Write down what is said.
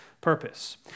purpose